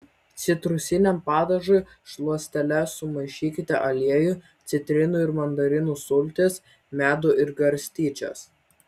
citrusiniam padažui šluotele sumaišykite aliejų citrinų ir mandarinų sultis medų ir garstyčias